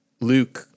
Luke